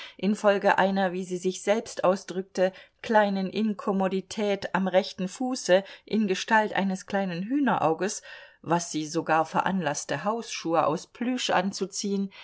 infolge einer wie sie sich selbst ausdrückte kleinen inkommodität am rechten fuße in gestalt eines kleinen hühnerauges was sie sogar veranlaßte hausschuhe aus plüsch anzuziehen